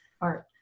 art